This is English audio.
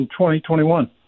2021